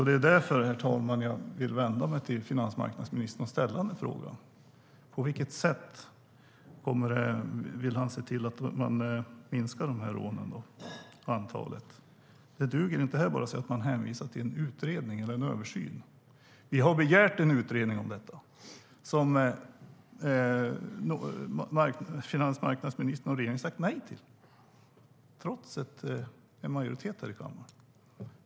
Det är därför, herr talman, som jag vill vända mig till finansmarknadsministern och ställa frågan om på vilket sätt han vill se till att minska antalet butiksrån. Det duger inte att hänvisa till en utredning eller en översyn. Vi har begärt en utredning om detta som finansmarknadsministern och regeringen har sagt nej till, trots att vi var en majoritet här i kammaren.